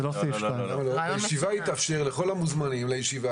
זה לא סעיף 2. יתאפשר לכל המוזמנים לישיבה